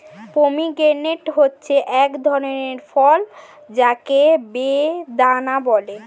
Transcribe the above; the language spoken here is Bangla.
পমিগ্রেনেট হচ্ছে এক ধরনের ফল যাকে বেদানা বলে